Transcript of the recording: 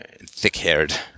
thick-haired